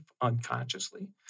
unconsciously